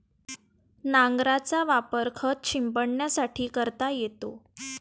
नांगराचा वापर खत शिंपडण्यासाठी करता येतो